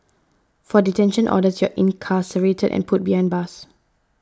for detention orders you're incarcerated and put behind bars